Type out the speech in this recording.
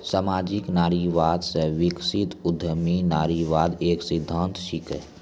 सामाजिक नारीवाद से विकसित उद्यमी नारीवाद एक सिद्धांत छिकै